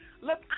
Look